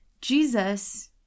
Jesus